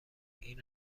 این